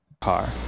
Car